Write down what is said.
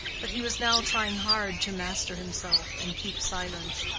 but he was now trying hard to master himself and keep silence.